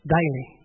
daily